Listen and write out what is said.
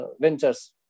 ventures